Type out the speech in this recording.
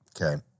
Okay